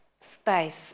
space